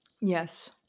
Yes